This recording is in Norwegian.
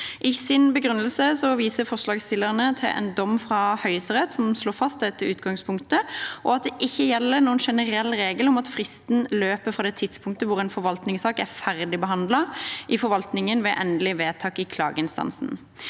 I sin begrunnelse viser forslagsstillerne til en dom fra Høyesterett som slår fast dette utgangspunktet, og at det ikke gjelder noen generell regel om at fristen løper fra det tidspunktet hvor en forvaltningssak er ferdigbe handlet i forvaltningen ved endelig vedtak i klageinstansen.